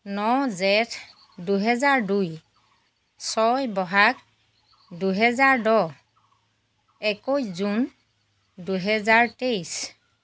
ন জেঠ দুহেজাৰ দুই ছয় ব'হাগ দুহেজাৰ দহ একৈছ জুন দুহেজাৰ তেইছ